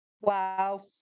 Wow